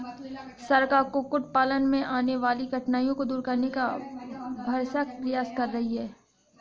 सरकार कुक्कुट पालन में आने वाली कठिनाइयों को दूर करने का भरसक प्रयास कर रही है